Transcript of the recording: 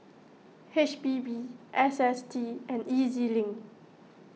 H P B S S T and E Z Link